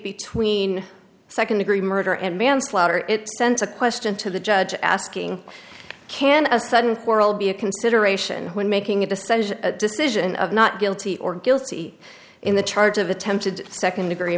between second degree murder and manslaughter it sent a question to the judge asking can a sudden quarrel be a consideration when making a decision a decision of not guilty or guilty in the charge of attempted second degree